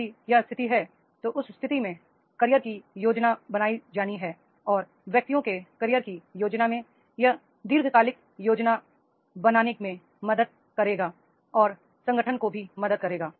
यदि यह स्थिति है तो उस स्थिति में कैरियर की योजना बनाई जानी है और व्यक्तियों के कैरियर की योजना में यह दीर्घकालिक कैरियर योजना बनाने में मदद करेगा और संगठन को भी मदद करेगा